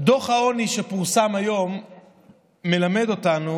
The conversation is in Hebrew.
דוח העוני שפורסם היום מלמד אותנו